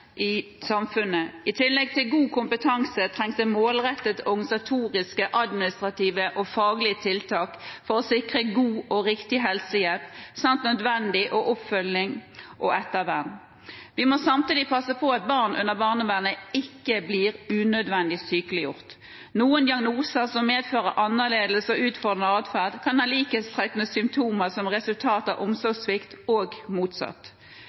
samfunnet. I tillegg til god kompetanse trengs det målrettede organisatoriske, administrative og faglige tiltak for å sikre god og riktig helsehjelp samt nødvendig oppfølging og ettervern. Vi må samtidig passe på at barn under barnevernet ikke blir unødvendig sykeliggjort. Noen diagnoser som medfører annerledes og utfordrende atferd, kan ha likhetstrekk med symptomer som resultat av omsorgssvikt – og motsatt.